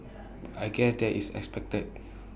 I guess that is expected